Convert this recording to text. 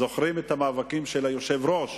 זוכרים את המאבקים של היושב-ראש,